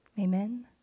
Amen